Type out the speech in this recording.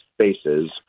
spaces